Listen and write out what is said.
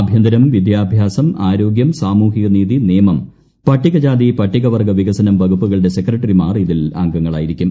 ആഭ്യന്തരം വിദ്യാഭ്യാസം ആരോഗ്യം സാമൂഹ്യനീതി നിയമം പട്ടികജാതി പട്ടികവർഗ വികസനം വകുപ്പുകളുടെ സെക്രട്ടറിമാർ ഇതിൽ അംഗങ്ങളായിരിക്കും